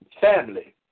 family